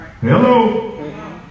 hello